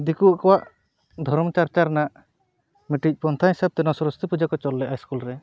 ᱫᱤᱠᱩ ᱟᱠᱚᱣᱟᱜ ᱫᱷᱚᱨᱚᱢ ᱪᱟᱨᱪᱟ ᱨᱮᱱᱟᱜ ᱢᱤᱫᱴᱮᱱ ᱯᱚᱱᱛᱷᱟ ᱦᱤᱥᱟᱹᱵ ᱛᱮ ᱱᱚᱣᱟ ᱥᱚᱨᱚᱥᱚᱛᱤ ᱯᱩᱡᱟᱹ ᱠᱚ ᱪᱚᱞ ᱞᱮᱫᱼᱟ ᱥᱠᱩᱞ ᱨᱮ